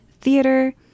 theater